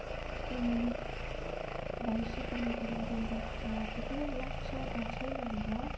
भविष्यको लागि मैले एउटा त्यो कुनै लक्ष्य त छैन मेरो